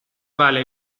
vale